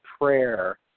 prayer